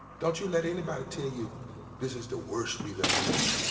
don't you let anybody tell you this is the worst we've ever seen,